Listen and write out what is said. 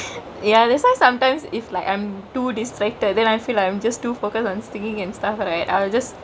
ya that's why sometimes if like I'm too distracted then I feel like I'm just too focused on singkingk and stuff right I'll just